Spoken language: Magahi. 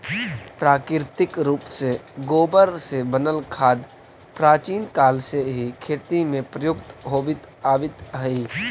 प्राकृतिक रूप से गोबर से बनल खाद प्राचीन काल से ही खेती में प्रयुक्त होवित आवित हई